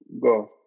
go